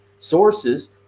sources